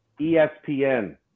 ESPN